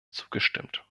zugestimmt